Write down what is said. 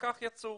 וכך הם יצאו.